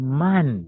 man